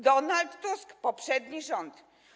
Donald Tusk, poprzedni rząd.